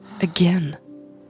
Again